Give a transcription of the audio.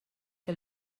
que